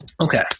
Okay